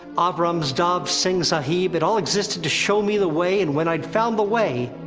avram dahb singh sahib, it all existed to show me the way, and when i'd found the way.